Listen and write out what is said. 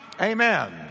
Amen